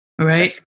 right